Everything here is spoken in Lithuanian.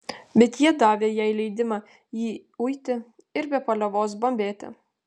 bet jie davė jai leidimą jį uiti ir be paliovos bambėti